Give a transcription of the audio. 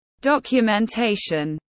documentation